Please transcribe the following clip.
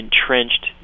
entrenched